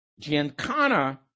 Giancana